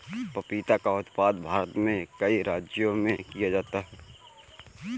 पपीता का उत्पादन भारत में कई राज्यों में किया जा रहा है